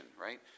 right